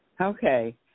Okay